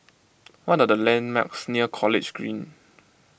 what are the landmarks near College Green